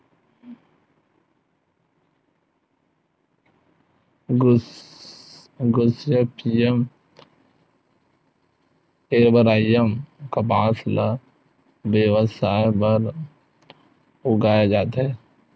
Gossypium arboreum कपसा ल बेवसाय बर उगाए जाथे